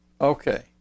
Okay